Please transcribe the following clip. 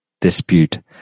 dispute